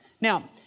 Now